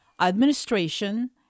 administration